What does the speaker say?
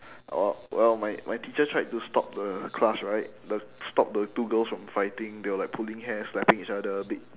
uh well my my teacher tried to stop the class right the stop the two girls from fighting they were like pulling hair slapping each other beat